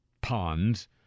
ponds